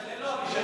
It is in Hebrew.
יישלל לו הרישיון?